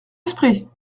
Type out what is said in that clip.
l’esprit